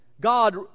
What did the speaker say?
God